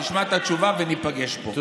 נשמע את התשובה וניפגש פה.